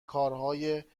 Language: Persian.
کارهای